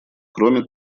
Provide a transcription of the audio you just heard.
кроме